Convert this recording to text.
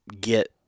get